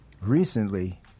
recently